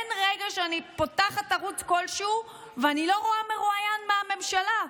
אין רגע שאני פותחת ערוץ כלשהו ואני לא רואה מרואיין מהממשלה.